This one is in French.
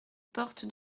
porte